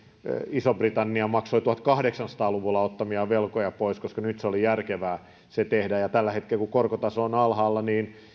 iso britannia maksoi tuhatkahdeksansataa luvulla ottamiaan velkoja pois koska nyt se oli järkevää tehdä tällä hetkellä kun korkotaso on alhaalla